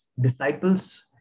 disciples